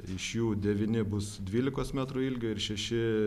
iš jų devyni bus dvylikos metrų ilgio ir šeši